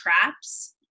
traps